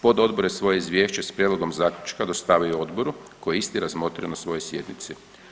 Pododbor je svoje izvješće s prijedlogom zaključka dostavio odboru koji je isti razmotrio na svojoj sjednici.